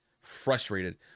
frustrated